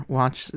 watch